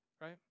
right